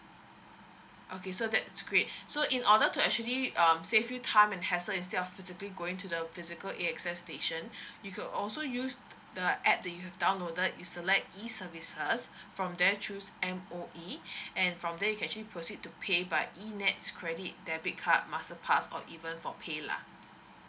okay so that's great so in order to actually um save you time and hassle instead of physically going to the physical A_X_S station you can also use the app that you've downloaded you select E services from there choose M_O_E and from there you can actually proceed to pay by E nett credit debit card masterpass or even for paylah